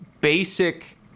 basic